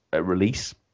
release